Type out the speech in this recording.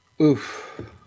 Oof